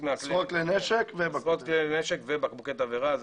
עשרות כלי נשק, ובקבוקי תבערה.